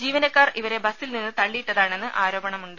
ജീവനക്കാർ ഇവരെ ബസ്സിൽ നിന്ന് തള്ളിയിട്ടതാണെന്ന് ആരോപണമുണ്ട്